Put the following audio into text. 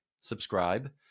subscribe